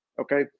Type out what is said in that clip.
okay